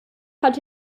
hat